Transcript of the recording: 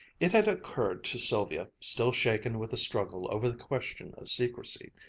it had occurred to sylvia, still shaken with the struggle over the question of secrecy,